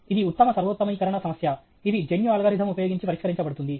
ఇది ఉత్తమ సర్వోత్తమీకరణ సమస్య ఇది జన్యు అల్గోరిథం ఉపయోగించి పరిష్కరించబడుతుంది